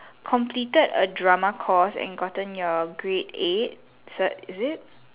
completed a drama course and gotten your grade eight cert is it